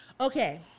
Okay